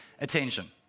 attention